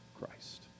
Christ